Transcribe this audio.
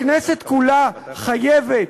הכנסת כולה חייבת,